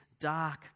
dark